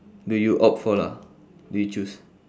do you opt for lah do you choose